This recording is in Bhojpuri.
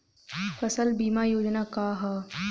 फसल बीमा योजना का ह?